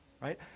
Right